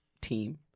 team